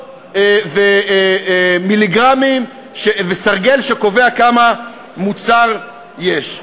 ומיליגרמים וסרגל שקובע כמה מוצר יש.